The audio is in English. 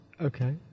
Okay